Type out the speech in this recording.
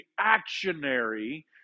reactionary